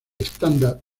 estándar